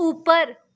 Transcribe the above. उप्पर